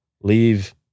leave